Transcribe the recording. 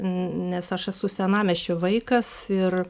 nes aš esu senamiesčio vaikas ir